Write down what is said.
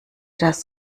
das